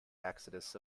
exodus